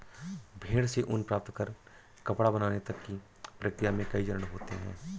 भेड़ से ऊन प्राप्त कर कपड़ा बनाने तक की प्रक्रिया में कई चरण होते हैं